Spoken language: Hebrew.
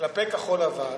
כלפי כחול לבן.